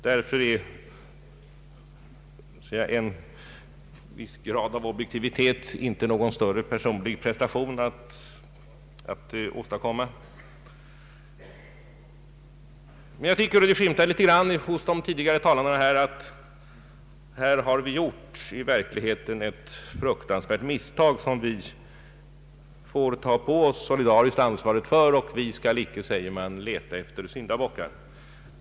Därför är en viss grad av objektivitet inte någon större prestation. Jag tycker emellertid att det skymtade i de föregående talarnas anföranden att vi här har gjort ett fruktansvärt misstag som vi solidariskt får ta på oss ansvaret för. Vi skall inte, sade man, leta efter syndabockar.